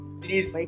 please